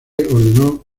ordenó